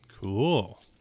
Cool